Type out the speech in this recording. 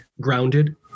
grounded